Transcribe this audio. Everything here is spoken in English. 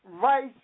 Vice